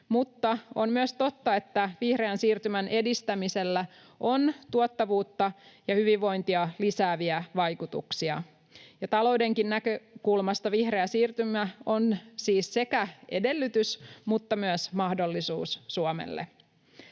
mutta on myös totta, että vihreän siirtymän edistämisellä on tuottavuutta ja hyvinvointia lisääviä vaikutuksia. Taloudenkin näkökulmasta vihreä siirtymä on siis sekä edellytys että myös mahdollisuus Suomelle.